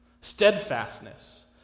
Steadfastness